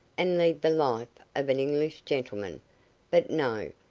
and lead the life of an english gentleman but no,